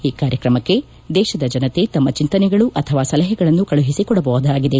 ಈ ಕಾರ್ಯಕ್ರಮಕ್ಕೆ ದೇಶದ ಜನತೆ ತಮ್ಮ ಚಿಂತನೆಗಳು ಅಥವಾ ಸಲಹೆಗಳನ್ನು ಕಳುಹಿಸಿಕೊಡಬಹುದಾಗಿದೆ